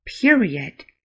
period